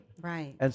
Right